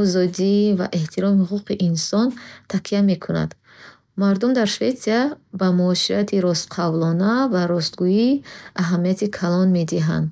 озодӣ ва эҳтироми ҳуқуқҳои инсон такя мекунад. Мардум дар Шветсия ба муоширати ростқавлона ва ростгӯӣ аҳамияти калон медиҳанд.